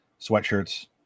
sweatshirts